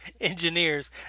engineers